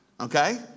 Okay